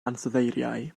ansoddeiriau